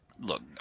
look